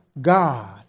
God